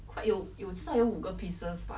no lor there's eight piece